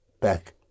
back